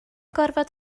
gorfod